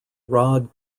rod